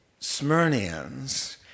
Smyrnians